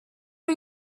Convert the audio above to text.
are